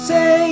Say